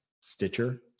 Stitcher